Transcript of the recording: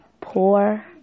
Poor